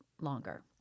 longer